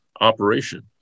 operation